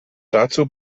dazu